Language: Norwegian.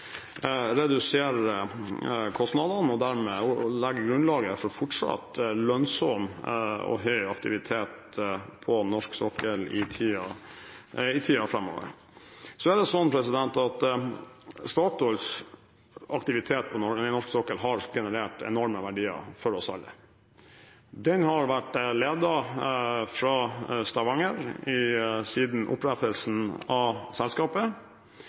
kostnadene og dermed legge grunnlaget for fortsatt lønnsom og høy aktivitet på norsk sokkel i tiden framover. Statoils aktivitet på norsk sokkel har generert enorme verdier for oss alle. Den har vært ledet fra Stavanger siden opprettelsen av selskapet.